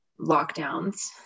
lockdowns